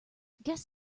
guess